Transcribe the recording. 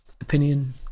opinion